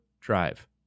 Drive